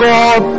God